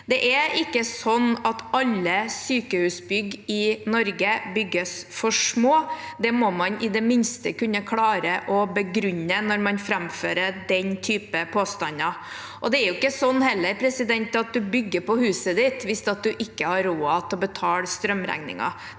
Det er ikke slik at alle sykehusbygg i Norge bygges for små. Det må man i det minste kunne klare å begrunne når man framfører den type påstander. Det er heller ikke slik at en bygger på huset sitt hvis en ikke har råd til å betale strømregningen.